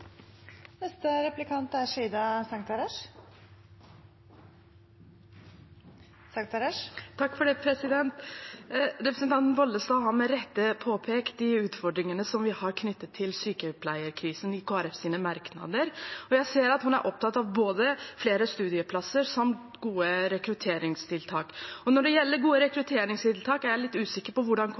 det mest. Representanten Bollestad har med rette i Kristelig Folkepartis merknader påpekt de utfordringene vi har med sykepleierkrisen. Jeg ser at hun er opptatt av både flere studieplasser og gode rekrutteringstiltak. Når det gjelder gode rekrutteringstiltak, er jeg litt usikker på hvordan